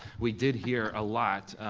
we did hear a lot.